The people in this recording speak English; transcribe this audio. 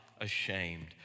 ashamed